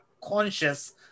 conscious